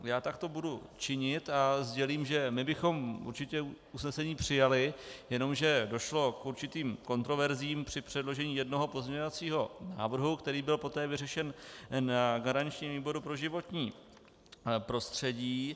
Já to takto budu činit a sdělím, že my bychom určitě usnesení přijali, jenomže došlo k určitým kontroverzím při předložení jednoho pozměňovacího návrhu, který byl poté vyřešen na garančním výboru pro životní prostředí.